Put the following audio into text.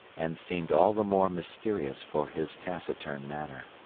and seemed all the more mysterious for his taciturn manner.